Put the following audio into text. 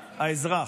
האזרח,